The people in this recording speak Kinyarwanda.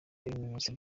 ibimenyetso